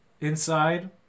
inside